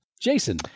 Jason